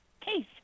case